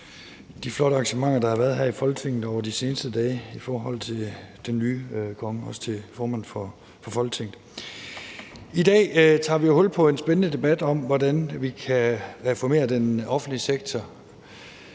for Folketinget – der har været her i Folketinget over de seneste dage for den nye konge. I dag tager vi hul på en spændende debat om, hvordan vi kan reformere den offentlige sektor.